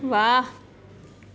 વાહ